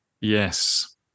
Yes